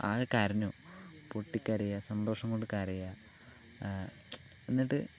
ആകെ കരഞ്ഞു പൊട്ടികരയുക സന്തോഷം കൊണ്ട് കരയുക എന്നിട്ട്